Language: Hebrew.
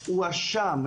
הואשם,